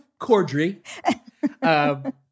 Cordry